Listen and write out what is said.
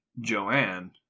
Joanne